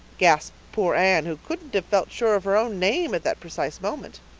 gasped poor anne, who couldn't have felt sure of her own name at that precise moment.